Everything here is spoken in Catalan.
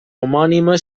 homònima